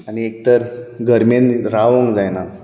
आनी एक तर गर्मेन रावंक जायना